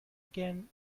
again